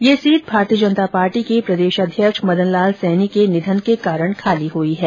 यह सीट भारतीय जनता पार्टी के प्रदेश अध्यक्ष मदनलाल सैनी के निधन के कारण खाली हुई है